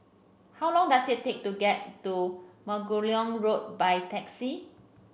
how long does it take to get to Margoliouth Road by taxi